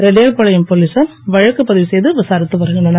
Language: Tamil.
ரெட்டியார்பாளையம் போலீசார் வழக்கு பதிவு செய்து விசாரித்து வருகின்றனர்